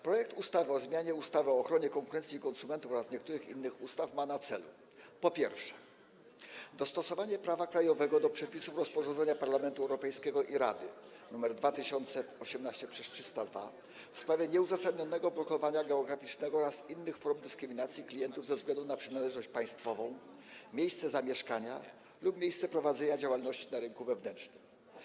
Projekt ustawy o zmianie ustawy o ochronie konkurencji i konsumentów oraz niektórych innych ustaw ma na celu, po pierwsze, dostosowanie prawa krajowego do przepisów rozporządzenia Parlamentu Europejskiego i Rady nr 2018/302 w sprawie nieuzasadnionego blokowania geograficznego oraz innych form dyskryminacji klientów ze względu na przynależność państwową, miejsce zamieszkania lub miejsce prowadzenia działalności na rynku wewnętrznym.